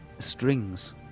Strings